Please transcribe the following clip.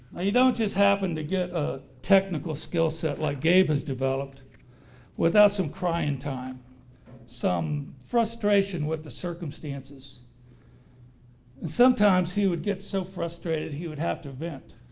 you don't just happen to get a technical skill set like gabe has developed without some crying time some frustration with the circumstances and sometimes he would get so frustrated he would have to vent.